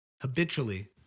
habitually